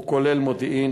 הוא כולל מודיעין,